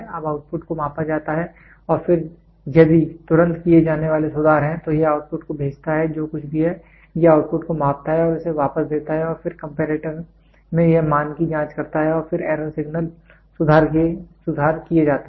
अब आउटपुट को मापा जाता है और फिर यदि तुरंत किए जाने वाले सुधार हैं तो यह आउटपुट को भेजता है जो कुछ भी है यह आउटपुट को मापता है और इसे वापस देता है और फिर कंपैरेटर में यह मान की जांच करता है फिर एरर सिग्नल सुधार किए जाते हैं